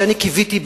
שאני קיוויתי,